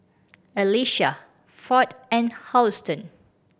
Elisha Ford and Houston